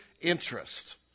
interest